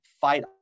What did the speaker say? fight